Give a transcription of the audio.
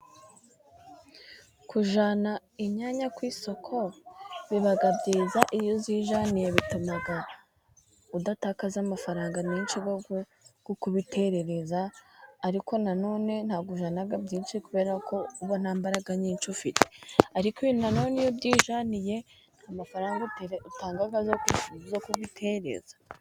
Kujyana inyanya ku isoko biba byiza iyo uzijyaniye, bituma udatakaza amafaranga menshi yo kubiterereza, ariko na none ntabwo ujyana byinshi kubera ko uba nta mbaraga nyinshi ufite, ariko na none iyo ubyijyaniye nta mafaranga utanga yo kubitereza.